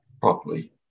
properly